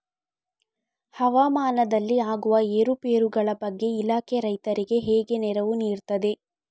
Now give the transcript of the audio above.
ಹವಾಮಾನದಲ್ಲಿ ಆಗುವ ಏರುಪೇರುಗಳ ಬಗ್ಗೆ ಇಲಾಖೆ ರೈತರಿಗೆ ಹೇಗೆ ನೆರವು ನೀಡ್ತದೆ?